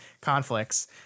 conflicts